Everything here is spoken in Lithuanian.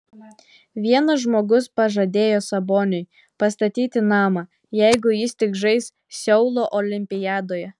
vienas žmogus pažadėjo saboniui pastatyti namą jeigu jis tik žais seulo olimpiadoje